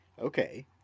Okay